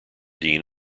dean